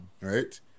Right